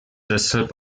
deshalb